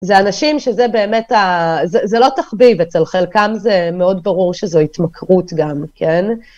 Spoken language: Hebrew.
זה אנשים שזה באמת, זה לא תחביב, אצל חלקם זה מאוד ברור שזו התמכרות גם, כן?